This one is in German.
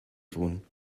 tun